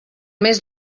mes